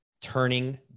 turning